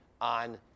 on